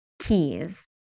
keys